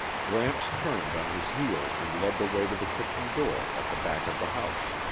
gramps turned on his heel and led the way to the kitchen door at the back of the house.